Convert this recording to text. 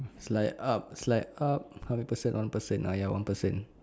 slide up slide up how many person one person ya one person